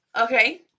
Okay